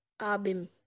Abim